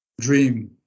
Dream